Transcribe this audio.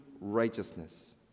righteousness